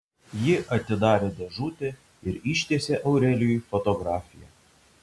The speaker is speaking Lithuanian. ji atidarė dėžutę ir ištiesė aurelijui fotografiją